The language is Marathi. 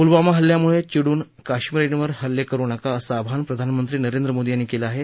पुलवामा हल्ल्यामुळे चिडून काश्मिरींवर हल्ले करू नका असं आवाहन प्रधानमंत्री नरेंद्र मोदी यांनी केलं आहे